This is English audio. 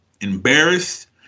embarrassed